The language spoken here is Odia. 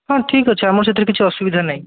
ହଁ ଠିକ୍ ଅଛି ଆମର ସେଥିରେ କିଛି ଅସୁବିଧା ନାଇ